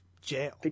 jail